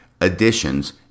additions